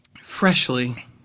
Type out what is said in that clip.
freshly